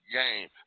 game